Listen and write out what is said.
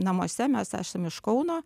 namuose mes esam iš kauno